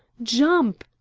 jump!